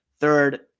third